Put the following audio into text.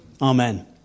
Amen